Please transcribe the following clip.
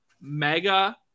mega